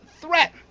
threat